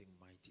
mighty